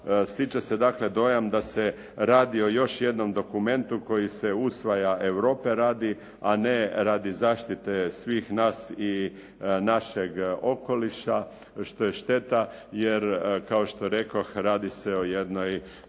Stiče se dakle dojam da se radi o još jednom dokumentu koji se usvaja Europe radi, a ne radi zaštite svih nas i našeg okoliša što je šteta, jer kao što rekoh radi se o jednom dobrom